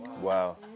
Wow